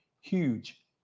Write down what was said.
huge